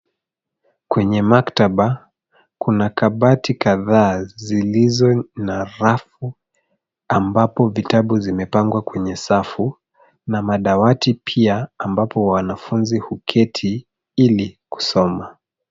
Kwenye maktaba kuna kabati kadhaa zilizo na rafu ambapo vitabu vimepangwa kwenye safu na madawati pia ambapo wanafunzi huketi ili kusoma.